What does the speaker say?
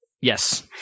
Yes